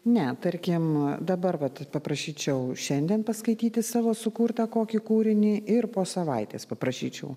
ne tarkim dabar vat paprašyčiau šiandien paskaityti savo sukurtą kokį kūrinį ir po savaitės paprašyčiau